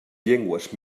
llengües